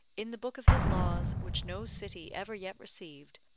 in the book of his laws, which no city ever yet received,